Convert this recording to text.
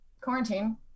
quarantine